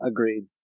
Agreed